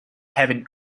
having